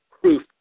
proof